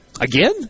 Again